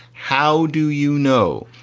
how do you know?